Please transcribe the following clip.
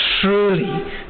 truly